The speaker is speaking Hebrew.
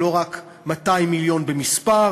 הוא לא רק 200 מיליון במספר,